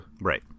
Right